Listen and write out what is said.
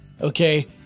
Okay